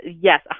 yes